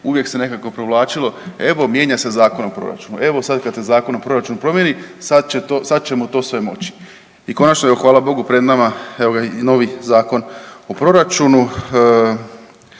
uvijek se nekako provlačilo evo mijenja se Zakon o proračunu, evo sad kad se Zakon o proračunu promijeni sad ćemo to sve moći i konačno je evo hvala Bogu pred nama evo ga i novi Zakon o proračunu.